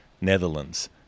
Netherlands